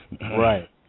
right